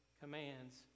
commands